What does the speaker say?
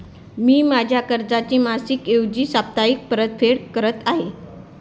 मी माझ्या कर्जाची मासिक ऐवजी साप्ताहिक परतफेड करत आहे